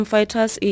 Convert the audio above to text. Fighters